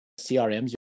CRMs